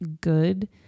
good